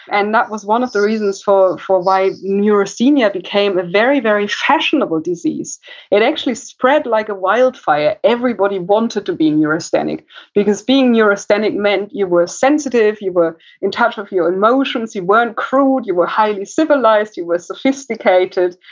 and that was one of the reasons for why like neurasthenia became very, very fashionable disease it actually spread like a wildfire. everybody wanted to be neurasthenic because being neurasthenic meant you were sensitive. you were in touch with your emotions. you weren't crude. you were highly civilized. you were sophisticated,